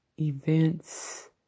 events